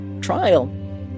trial